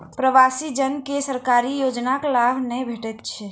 प्रवासी जन के सरकारी योजनाक लाभ नै भेटैत छै